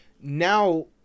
now